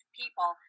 people